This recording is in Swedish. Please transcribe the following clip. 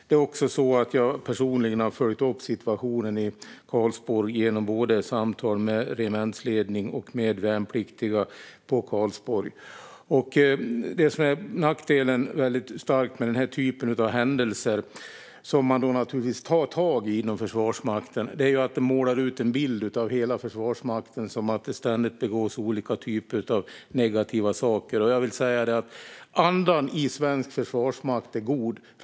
Jag har också personligen följt upp situationen i Karlsborg genom samtal med både regementsledning och värnpliktiga i Karlsborg. Den starka nackdelen med den här typen av händelser, som Försvarsmakten naturligtvis tar tag i, är att det målas upp en bild av att det inom hela Försvarsmakten ständigt begås olika typer av negativa saker. Jag vill säga att andan i svensk försvarsmakt är god.